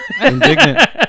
indignant